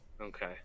Okay